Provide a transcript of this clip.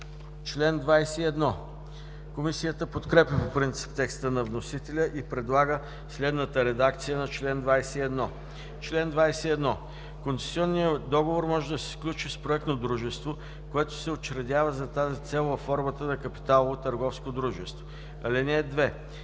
дружество.“ Комисията подкрепя по принцип текста на вносителя и предлага следната редакция на чл. 21: „Чл. 21. (1) Концесионният договор може да се сключи с проектно дружество, което се учредява за тази цел във формата на капиталово търговско дружество. (2)